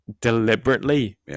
deliberately